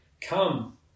come